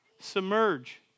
Submerge